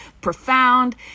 profound